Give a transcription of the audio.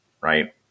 right